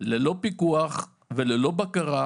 ללא פיקוח וללא בקרה,